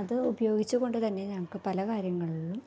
അത് ഉപയോഗിച്ച് കൊണ്ട്തന്നെ ഞങ്ങൾക്ക് പല കാര്യങ്ങൾളും